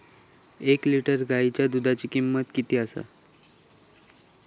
एक लिटर गायीच्या दुधाची किमंत किती आसा?